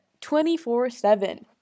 24-7